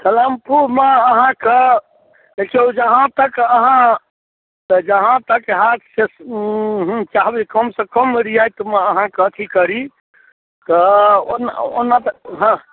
केलेम्फूमे अहाँके देखियौ जहाँ तक अहाँ जहाँ तक हैत से उ हूँ चाहबै कमसँ कम रियायतमे अहाँके अथी करी तऽ ओना ओना तऽ हाँ